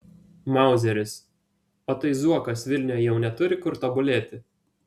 mauzeris o tai zuokas vilniuje jau neturi kur tobulėti